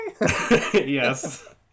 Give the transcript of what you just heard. Yes